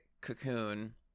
cocoon